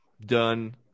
done